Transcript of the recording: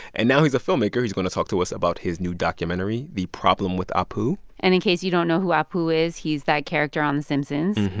and now he's a filmmaker. he's going to talk to us about his new documentary, the problem with apu. and in case you don't know who apu is, he's that character on the simpsons.